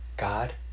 God